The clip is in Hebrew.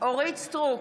אורית מלכה סטרוק,